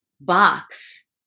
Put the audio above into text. box